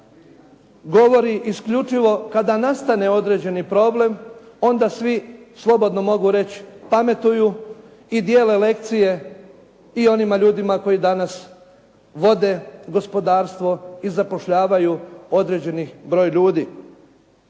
govori isključivo kada nastane određeni problem, onda svi slobodno mogu reći pametuju i dijele lekcije i onima ljudima koji danas vode gospodarstvo i zapošljavaju određeni broj ljudi.